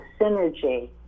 synergy